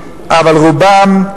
אבל רובם,